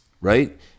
right